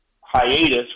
hiatus